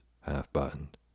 half-buttoned